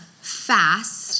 fast